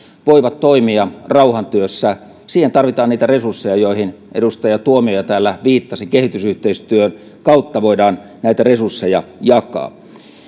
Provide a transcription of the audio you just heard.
voivat toimia rauhantyössä siihen tarvitaan niitä resursseja joihin edustaja tuomioja täällä viittasi kehitysyhteistyön kautta voidaan näitä resursseja jakaa